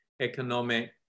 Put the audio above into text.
economic